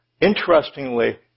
interestingly